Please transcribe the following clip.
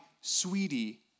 sweetie